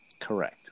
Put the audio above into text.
Correct